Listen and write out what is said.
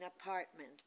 apartment